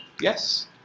yes